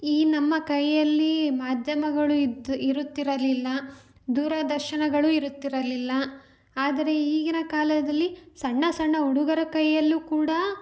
ಈ ನಮ್ಮ ಕೈಯಲ್ಲಿ ಮಾಧ್ಯಮಗಳು ಇದ್ದು ಇರುತ್ತಿರಲಿಲ್ಲ ದೂರದರ್ಶನಗಳು ಇರುತ್ತಿರಲಿಲ್ಲ ಆದರೆ ಈಗಿನ ಕಾಲದಲ್ಲಿ ಸಣ್ಣ ಸಣ್ಣ ಹುಡುಗರ ಕೈಯಲ್ಲೂ ಕೂಡ